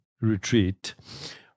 retreat